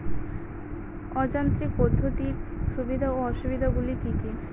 অযান্ত্রিক পদ্ধতির সুবিধা ও অসুবিধা গুলি কি কি?